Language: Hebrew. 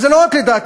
זה לא רק לדעתי,